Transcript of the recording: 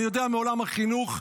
אני יודע מעולם החינוך,